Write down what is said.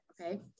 okay